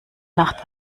nacht